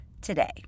today